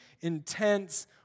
intense